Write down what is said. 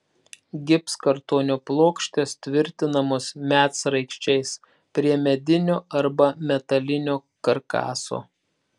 gipskartonio plokštės tvirtinamos medsraigčiais prie medinio arba metalinio karkaso